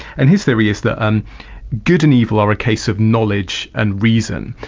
and his theory is that and good and evil are a case of knowledge and reason.